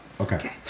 Okay